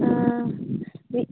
ఆ